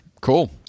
Cool